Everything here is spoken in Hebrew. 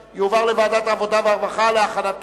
הצעת חוק הביטוח הלאומי (תיקון,